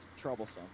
troublesome